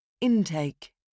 Intake